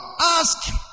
ask